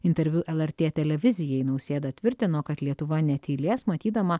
interviu lrt televizijai nausėda tvirtino kad lietuva netylės matydama